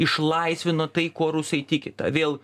išlaisvino tai ko rusai tiki tą vėl